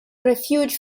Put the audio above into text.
refuge